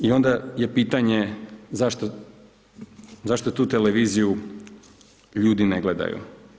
I onda je pitanje zašto tu televiziju ljudi ne gledaju.